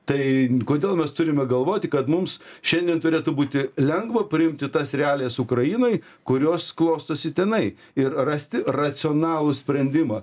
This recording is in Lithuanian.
tai kodėl mes turime galvoti kad mums šiandien turėtų būti lengva priimti tas realijas ukrainoj kurios klostosi tenai ir rasti racionalų sprendimą